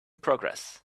progress